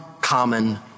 common